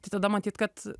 tai tada matyt kad